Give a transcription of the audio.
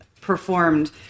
performed